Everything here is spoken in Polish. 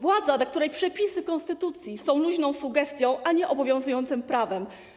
Władza, dla której przepisy konstytucji są luźną sugestią, a nie obowiązującym prawem.